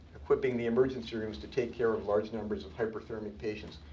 equipping the emergency rooms to take care of large numbers of hypothermic patients.